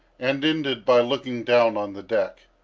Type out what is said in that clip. and ended by looking down on the deck.